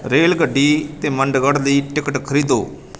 ਰੇਲਗੱਡੀ ਅਤੇ ਮੰਡਗੜ ਲਈ ਟਿਕਟ ਖਰੀਦੋ